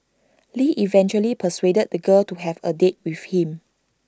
lee eventually persuaded the girl to have A date with him